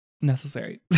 necessary